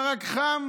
מרק חם